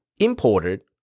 imported